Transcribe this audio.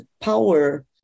power